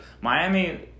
Miami